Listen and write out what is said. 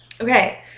Okay